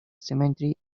cemetery